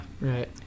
Right